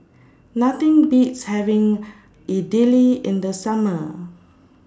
Nothing Beats having Idili in The Summer